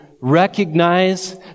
recognize